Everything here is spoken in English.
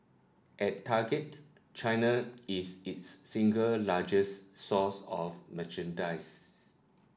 at Target China is its single largest source of merchandise